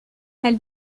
elle